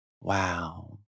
Wow